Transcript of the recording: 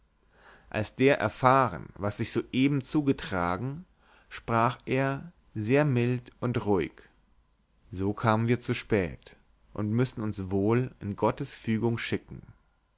als der erfahren was sich soeben zugetragen sprach er sehr mild und ruhig so kamen wir zu spät und müssen uns wohl in gottes fügung schicken